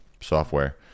software